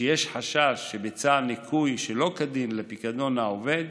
שיש חשש שביצע ניכוי שלא כדין לפיקדון העובד,